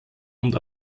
und